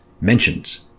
mentions